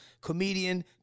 comedian